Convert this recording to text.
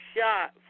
shot